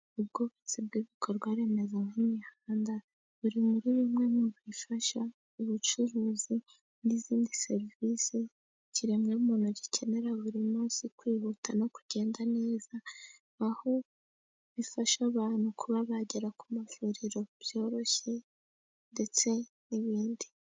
Ubwubatsi bw'ibikorwa remezo by'imihanda, buri muri bimwe mu bifasha ubucuruzi n'izindi serivisi ikiremwamuntu gikenera buri munsi, kwihuta no kugenda neza, aho bifasha abantu kuba bagera ku mavuriro byoroshye ndetse n'ibindi.